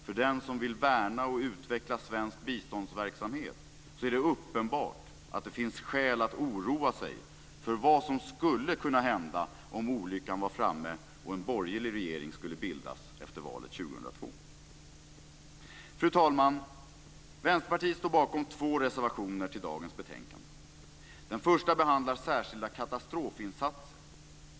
För den som vill värna och utveckla svensk biståndsverksamhet är det uppenbart att det finns skäl att oroa sig för vad som skulle kunna hända om olyckan var framme och en borgerlig regering skulle bildas efter valet 2002. Fru talman! Vänsterpartiet står bakom två reservationer till dagens betänkande. Den första behandlar särskilda katastrofinsatser.